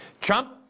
Trump